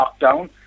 lockdown